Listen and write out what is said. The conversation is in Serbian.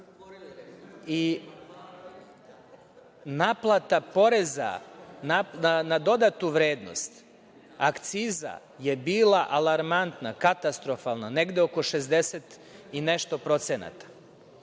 i naplata poreza na dodatnu vrednost, akciza je bila alarmantna, katastrofalna, negde oko šezdeset i nešto procenata. Sada